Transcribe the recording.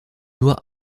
nur